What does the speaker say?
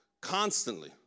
constantly